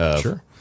Sure